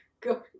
Go